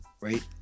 right